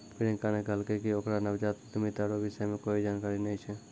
प्रियंका ने कहलकै कि ओकरा नवजात उद्यमिता रो विषय मे कोए जानकारी नै छै